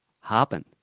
happen